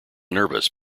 nervous